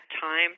time